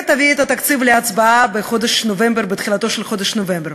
ותביא את התקציב להצבעה בתחילתו של חודש נובמבר.